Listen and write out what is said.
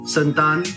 Santan